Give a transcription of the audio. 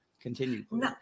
Continue